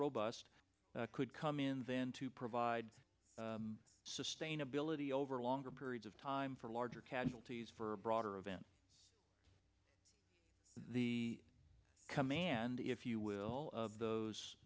robust could come in then to provide sustainability over longer periods of time for larger casualties for a broader event the command if you will of those